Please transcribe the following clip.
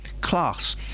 Class